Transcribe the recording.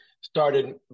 started